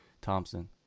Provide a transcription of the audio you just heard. Thompson